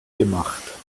gemacht